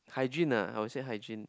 hygiene ah I would say hygiene